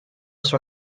sua